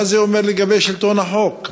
מה זה אומר לגבי שלטון החוק?